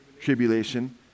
Tribulation